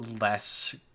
less